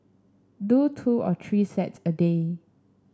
do two or three sets a day